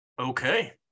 Okay